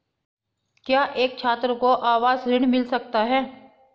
क्या एक छात्र को आवास ऋण मिल सकता है?